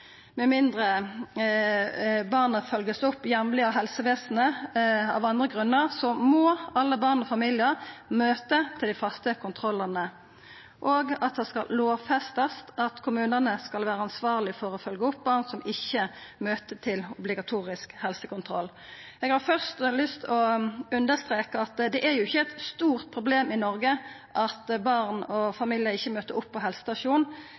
mindre barnet jamleg vert følgt opp av helsevesenet av andre grunnar, må alle barn og familiar møta til dei faste kontrollane, og det skal lovfestast at kommunane skal vera ansvarlege for å følgja opp barn som ikkje møter til obligatorisk helsekontroll. Eg har først lyst til å understreka at det er ikkje eit stort problem i Noreg at barn og familiar ikkje møter opp på